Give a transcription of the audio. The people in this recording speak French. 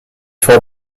fort